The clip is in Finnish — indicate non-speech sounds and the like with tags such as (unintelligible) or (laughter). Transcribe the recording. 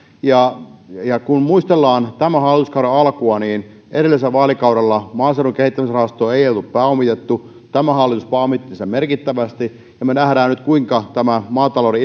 ja ja kun muistellaan tämän hallituskauden alkua niin edellisellä vaalikaudella maaseudun kehittämisrahastoa ei oltu pääomistettu tämä hallitus pääomitti sitä merkittävästi ja me näemme nyt kuinka meidän pitäisi saada tämä maatalouden (unintelligible)